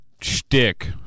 shtick